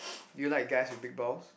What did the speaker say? do you like guys with big balls